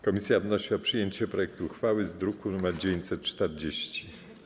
Komisja wnosi o przyjęcie projektu uchwały z druku nr 940.